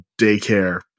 daycare